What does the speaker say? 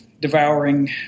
devouring